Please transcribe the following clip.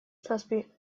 zazpi